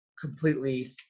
completely